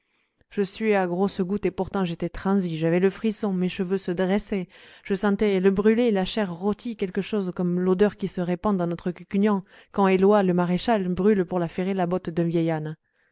je suais à grosses gouttes et pourtant j'étais transi j'avais le frisson mes cheveux se dressaient je sentais le brûlé la chair rôtie quelque chose comme l'odeur qui se répand dans notre cucugnan quand éloy le maréchal brûle pour la ferrer la botte d'un vieil âne